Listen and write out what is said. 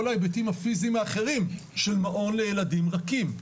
ההיבטים הפיזיים האחרים של מעון לילדים רכים.